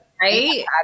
right